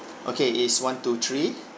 okay is one two three